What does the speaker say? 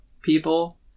people